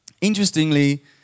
Interestingly